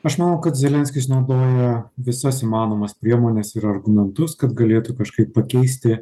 aš manau kad zelenskis naudoja visas įmanomas priemones ir argumentus kad galėtų kažkaip pakeisti